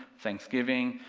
thanksgiving,